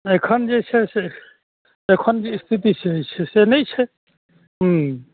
एखन जे छै से एखन जे स्थिति छै से नहि छै हुँ